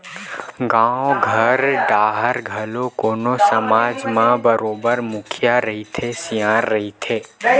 गाँव घर डाहर घलो कोनो समाज म बरोबर मुखिया रहिथे, सियान रहिथे